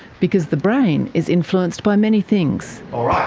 because the brain is influenced by many things. all right.